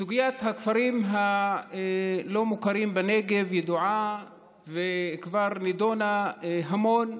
סוגיית הכפרים הלא-מוכרים בנגב ידועה וכבר נדונה המון,